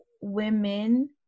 women